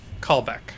callback